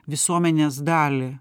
visuomenės dalį